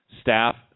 staff